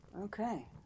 Okay